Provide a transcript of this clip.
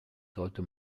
sollte